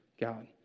God